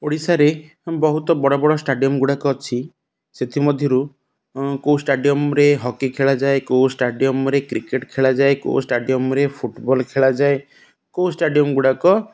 ଓଡ଼ିଶାରେ ବହୁତ ବଡ଼ ବଡ଼ ଷ୍ଟାଡିୟମ୍ଗୁଡ଼ାକ ଅଛି ସେଥିମଧ୍ୟରୁ କେଉଁ ଷ୍ଟାଡିୟମ୍ରେ ହକି ଖେଳାଯାଏ କେଉଁ ଷ୍ଟାଡିୟମ୍ରେ କ୍ରିକେଟ୍ ଖେଳାଯାଏ କେଉଁ ଷ୍ଟାଡିୟମ୍ରେ ଫୁଟ୍ବଲ୍ ଖେଳାଯାଏ କେଉଁ ଷ୍ଟାଡିୟମ୍ଗୁଡ଼ାକ